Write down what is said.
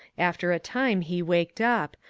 after a time he waked up,